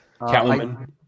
Catwoman